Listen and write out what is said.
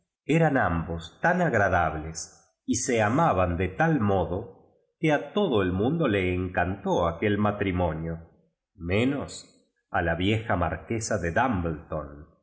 eran ambos tan agradables y se amaban de tal modo que a todo el mundo le en cantil aquel matrimonio menos a la vieja marquesa de